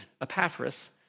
Epaphras